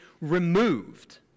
removed